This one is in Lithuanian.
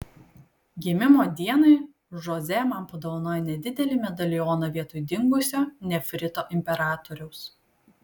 gimimo dienai žoze man padovanojo nedidelį medalioną vietoj dingusio nefrito imperatoriaus